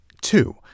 Two